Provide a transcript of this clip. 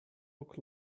look